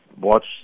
watch